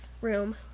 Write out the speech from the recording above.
room